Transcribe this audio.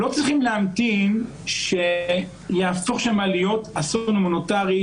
לא צריכים להמתין שיהפוך להיות שם אסון הומניטרי,